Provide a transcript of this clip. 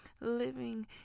living